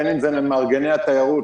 בין אם למארגני התיירות,